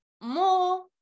more